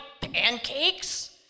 pancakes